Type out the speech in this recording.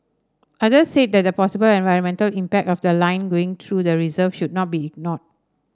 others said the possible environmental impact of the line going through the reserve should not be ignored